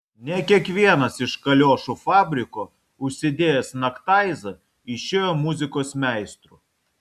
ne kiekvienas iš kaliošų fabriko užsidėjęs naktaizą išėjo muzikos meistru